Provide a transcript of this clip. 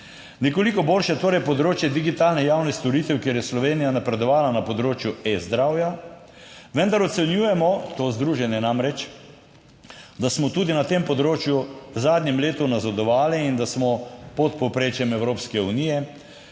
nekoliko boljše je torej področje digitalnih javnih storitev, kjer je Slovenija napredovala na področju e-zdravja, vendar ocenjujemo, to združenje namreč, da smo tudi na tem področju v zadnjem letu nazadovali in da smo pod povprečjem Evropske unije,